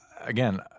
again